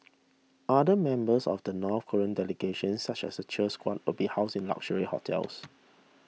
other members of the North Korean delegation such as the cheer squad will be housed in luxury hotels